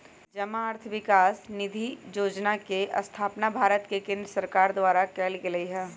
जमा अर्थ विकास निधि जोजना के स्थापना भारत के केंद्र सरकार द्वारा कएल गेल हइ